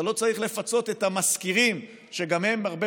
אתה לא צריך לפצות את המשכירים שגם הם הרבה